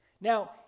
Now